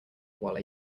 while